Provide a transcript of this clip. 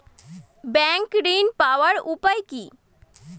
Bank ঋণ পাওয়ার উপায় কি?